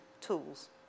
tools